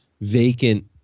vacant